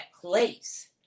place